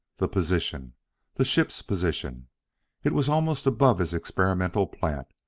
the position the ship's position it was almost above his experimental plant!